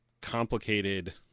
complicated